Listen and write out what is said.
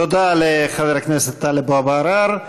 תודה לחבר הכנסת טלב אבו עראר.